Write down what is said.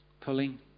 pulling